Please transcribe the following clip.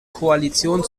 koalition